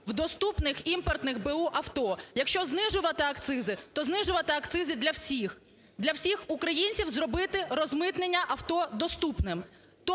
в доступних імпортних б/у авто. Якщо знижувати акцизи, то знижувати акцизи для всіх, для всіх українців зробити розмитнення авто доступним.